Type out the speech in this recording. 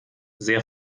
sehr